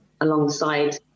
alongside